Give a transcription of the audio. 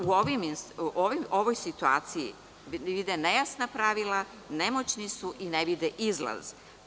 Oni u ovoj situaciji vide nejasna pravila, nemoćni su i ne vide izlaz.